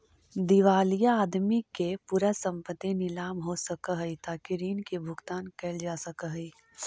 दिवालिया आदमी के पूरा संपत्ति नीलाम हो सकऽ हई ताकि ऋण के भुगतान कैल जा सकई